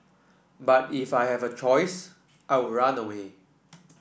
but if I had a choice I would run away